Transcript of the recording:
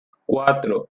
cuatro